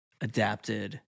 adapted